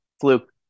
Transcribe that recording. fluke